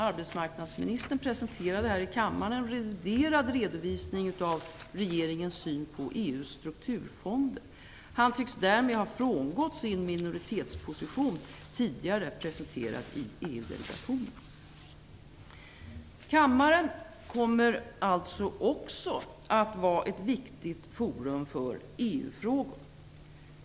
Arbetsmarknadsministern presenterade här i kammaren en reviderad redovisning av regeringens syn på EU:s strukturfonder. Han tycks därmed ha frångått sin minoritetsposition, tidigare presenterad i EU-delegationen. Kammaren kommer alltså att vara ett viktigt forum för EU-frågor.